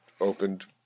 opened